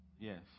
Yes